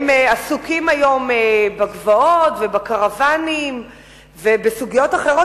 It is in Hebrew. הם עסוקים היום בגבעות ובקרוונים ובסוגיות אחרות,